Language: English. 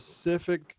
specific